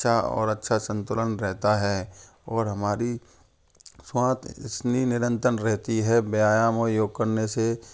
अच्छा और अच्छा सन्तुलन रहता है और हमारी श्वास इसलिए निरंतन रहती है व्यायाम और योग करने से